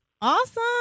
Awesome